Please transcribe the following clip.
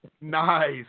Nice